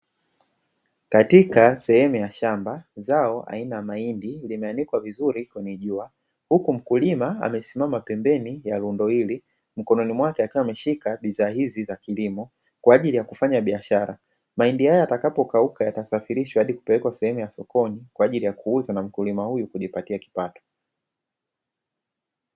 Katika sehemu ya shamba zao aina ya mahindi limeanikwa vizuri kwenye jua, huku mkulima amesimama pembeni ya rundo hili; mkononi mwake akiwa ameshika bidhaa hizi za kilimo kwa ajili ya kufanya biashara. Mahindi haya yatakapokauka yatasafirishwa hadi kupelekwa sehemu ya sokoni kwa ajili ya kuuza na mkulima huyu kujipatia kipato.